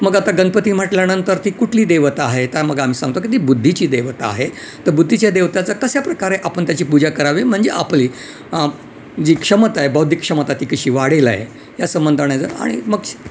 मग आता गणपती म्हटल्यानंतर ती कुठली देवता आहे त्या मग आम्ही सांगतो की ती बुद्धीची देवता आहे तर बुद्धीच्या देवताचा कशाप्रकारे आपण त्याची पूजा करावी म्हणजे आपली जी क्षमता आहे बौद्धिक क्षमता आहे ती कशी वाढेल आहे या संबंधाने जर आणि मग